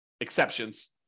exceptions